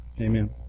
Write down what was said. Amen